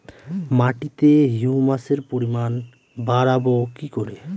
মাটিতে হিউমাসের পরিমাণ বারবো কি করে?